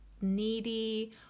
needy